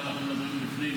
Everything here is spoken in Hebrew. פה אנחנו מדברים לפני מעשה.